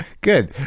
Good